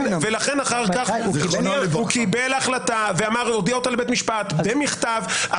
הוא קיבל החלטה והודיע אותה לבית המשפט במכתב.